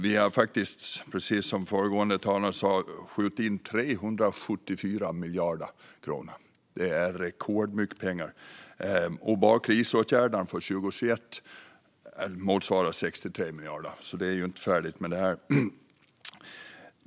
Vi har, precis som föregående talare sa, skjutit in 374 miljarder kronor. Det är rekordmycket pengar. Bara krisåtgärderna för 2021 motsvarar 63 miljarder, så det är inte färdigt med det.